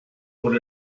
por